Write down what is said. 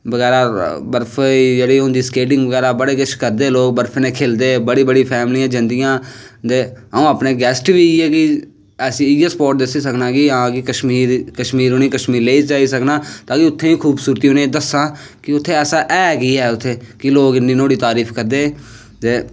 बर्फ होंदी स्किटिंग बगैरा बड़ा कुश करदे लोग बर्फै नै खेलदे बड़ियां बड़ियां फैमलियां जंदियां अऊं अपनें गैस्टें गी इयै कि इयै स्पोट दस्सी सकना कि उनेगी कश्मीर लेईयै जाई सकना ताकि उत्थें दी खूबसूरती उनेंगी दस्सां कि उत्थें ऐसा है केह् ऐ उत्थें लोग इन्नी नोहाड़ी तारिफ करदे ते